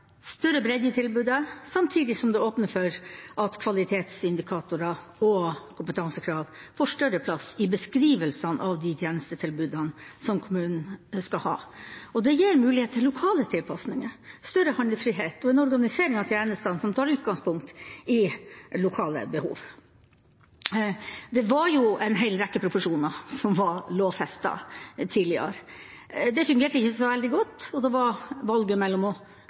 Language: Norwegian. større bredde i tilbudet, samtidig som det åpner for at kvalitetsindikatorer og kompetansekrav får større plass i beskrivelsen av de tjenestetilbudene som kommunen skal ha. Det gir mulighet til lokale tilpasninger, større handlefrihet og en organisering av tjenestene som tar utgangspunkt i lokale behov. Det var jo en hel rekke profesjoner som var lovfestet tidligere. Det fungerte ikke så veldig godt. Det var et valg mellom å kaste bort halvparten eller to tredjedeler, og